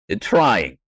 trying